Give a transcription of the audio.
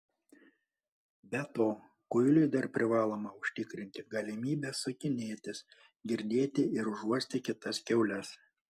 be to kuiliui dar privaloma užtikrinti galimybę sukinėtis girdėti ir užuosti kitas kiaules